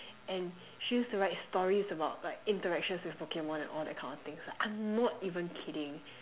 and she used to write stories about like interactions with Pokemon and all that kind of things lah I'm not even kidding